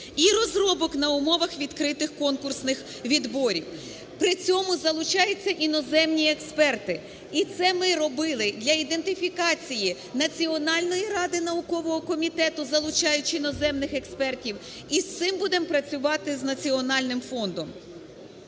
і розробок на умовах відкритих конкурсних відборів. При цьому залучаються іноземні експерти. І це ми робили для ідентифікації Національної ради наукового комітету, залучаючи іноземних експертів, і з цим будемо працювати з Національним фондом.